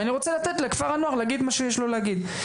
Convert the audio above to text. ואני רוצה לתת לכפר הנוער להגיד מה שיש לו להגיד,